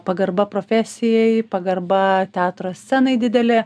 pagarba profesijai pagarba teatro scenai didelė